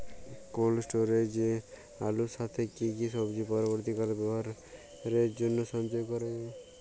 Cold স্টোরেজে আলুর সাথে কি কি সবজি পরবর্তীকালে ব্যবহারের জন্য সঞ্চয় করা যায়?